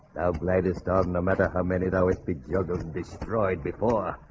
gladys todd no matter how many though it be juggled destroyed before